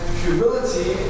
humility